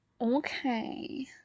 Okay